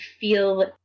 feel